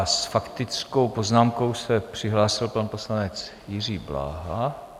S faktickou poznámkou se přihlásil pan poslanec Jiří Bláha.